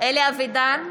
אלי אבידר,